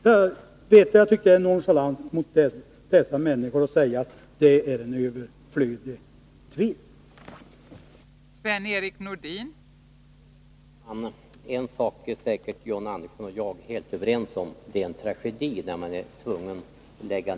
Jag tycker att det är nonchalant mot dessa människor att säga att detta är en överflödig tvist.